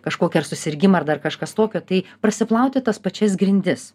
kažkokį ar susirgimą ar dar kažkas tokio tai prasiplauti tas pačias grindis